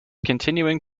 continuing